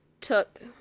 took